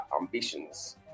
ambitions